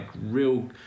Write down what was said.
real